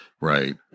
Right